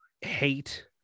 hate